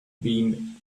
been